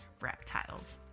reptiles